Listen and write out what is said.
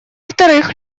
вторых